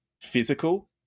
physical